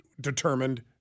determined